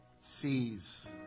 sees